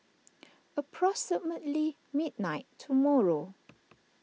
approximately midnight tomorrow